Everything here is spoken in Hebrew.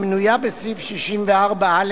המנויה בסעיף 64(א)